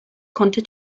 konnte